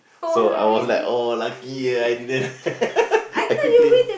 so I was like oh lucky eh I didn't I quickly